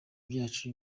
byacu